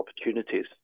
opportunities